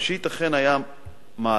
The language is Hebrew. ראשית, אכן היה מהלך